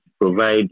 provide